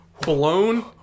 blown